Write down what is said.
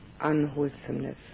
unwholesomeness